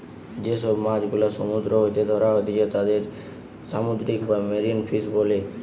যে সব মাছ গুলা সমুদ্র হইতে ধ্যরা হতিছে তাদির সামুদ্রিক বা মেরিন ফিশ বোলে